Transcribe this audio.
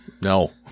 no